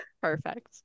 Perfect